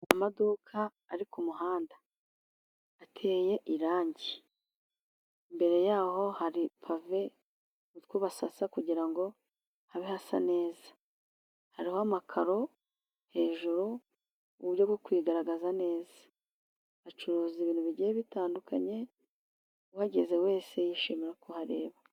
Amaduka ari ku muhanda ateye irangi, mbere yaho hari pave utwo basasa kugira ngo habe hasan neza. Hariho amakaro hejuru uburyo bwo kwigaragaza neza, bacuruza ibintu bigiye bitandukanye uhageze wese yishimira ku hareba.